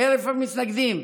חרף המתנגדים,